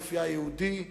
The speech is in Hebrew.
אופיה היהודי,